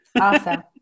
Awesome